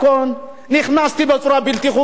רציתי לבוא למדינה שלי כאן,